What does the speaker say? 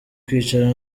kwicara